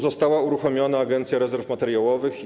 Została uruchomiona Agencja Rezerw Materiałowych.